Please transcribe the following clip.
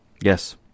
Yes